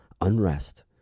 unrest